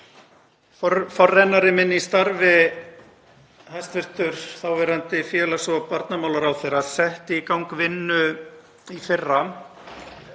Forveri minn í starfi, hæstv. þáverandi félags- og barnamálaráðherra, setti í gang vinnu í fyrra;